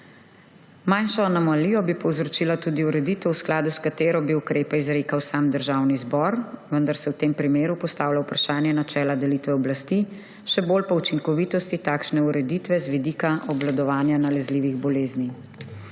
Manjšo anomalijo bi povzročila tudi ureditev, v skladu s katero bi ukrepe izrekal sam Državni zbor, vendar se v tem primeru postavlja vprašanje načela delitve oblasti, še bolj pa učinkovitosti takšne ureditve z vidika obvladovanja nalezljivih bolezni.